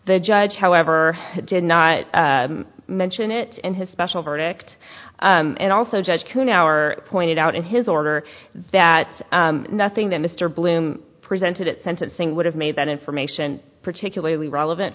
the judge however did not mention it in his special verdict and also judge who now are pointed out in his order that nothing that mr bloom presented at sentencing would have made that information particularly relevant